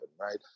right